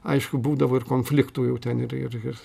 aišku būdavo ir konfliktų jau ten ir ir ir